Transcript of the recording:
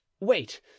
Wait